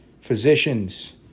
physicians